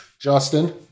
Justin